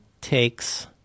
takes